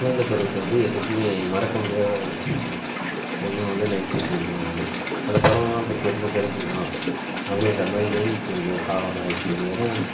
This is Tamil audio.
குழந்த பருவத்தை வந்து என்னைக்குமே மறக்க முடியாத ஒன்னாக வந்து நினச்சிட்டு இருக்கேன் நான் அந்த பருவம்லாம் இப்போ திரும்ப கிடைக்குமா அப்படின்ற மாதிரி ஏங்கிட்ருக்கிற காலமாக ஆயிடுச்சு இது ஏன்னா